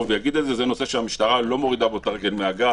ואגיד את זה: זה נושא שהמשטרה לא מורידה בו את הרגל מהגז.